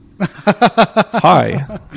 Hi